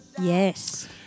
Yes